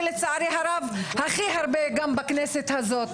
ולצערי הרב הכי הרבה גם בכנסת הזאת.